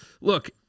Look